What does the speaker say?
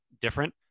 different